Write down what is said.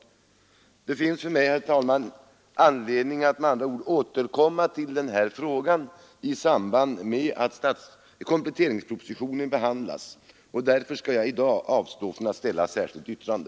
Det finns, herr talman, anledning för mig att återkomma i den här frågan i samband med att kompletteringspropositionen behandlas. Därför skall jag i dag avstå från att ställa särskilt yrkande.